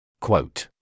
Quote